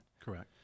Correct